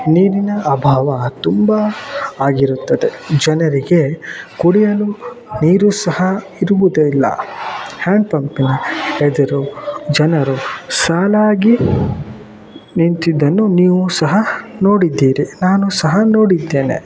ನೀರಿನ ಅಭಾವ ತುಂಬಾ ಆಗಿರುತ್ತದೆ ಜನರಿಗೆ ಕುಡಿಯಲು ನೀರು ಸಹ ಇರುವುದೆ ಇಲ್ಲ ಹ್ಯಾಂಡ್ ಪಂಪಿನ ಎದುರು ಜನರು ಸಾಲಾಗಿ ನಿಂತಿದ್ದನ್ನು ನೀವು ಸಹ ನೋಡಿದ್ದೀರಿ ನಾನು ಸಹ ನೋಡಿದ್ದೇನೆ